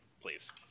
please